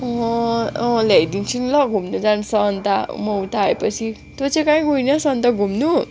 अँ ल्याइदिन्छु नि ल घुम्दै जानुपर्छ अन्त म उता आएपछि तँ चाहिँ कहीँ गइनस् अन्त घुम्नु